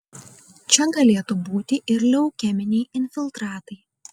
čia galėtų būti ir leukeminiai infiltratai